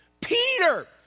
Peter